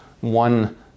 one